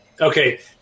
Okay